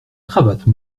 cravate